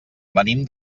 venim